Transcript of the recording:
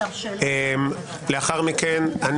לאחר מכן,